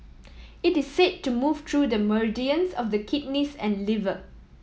it is say to move through the meridians of the kidneys and liver